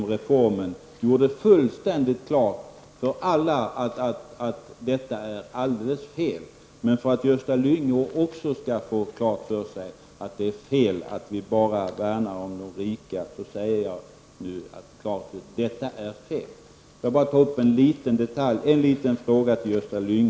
Jag tror att det står fullständigt klart för alla att Gösta Lyngås referat var alldeles fel. För att Gösta Lyngå också skall få klart för sig att det är fel att säga att vi bara värnar om de rika säger jag nu att detta är fel. Jag vill bara ta upp en liten detalj och ställa en fråga till Gösta Lyngå.